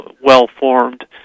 well-formed